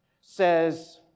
says